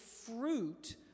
fruit